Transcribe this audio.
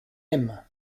aime